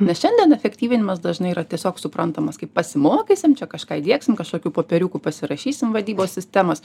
nes šiandien efektyvinimas dažnai yra tiesiog suprantamas kaip pasimokysim čia kažką įdiegsim kažkokių popieriukų pasirašysim vadybos sistemos